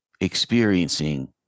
experiencing